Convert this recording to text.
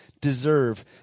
deserve